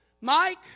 Mike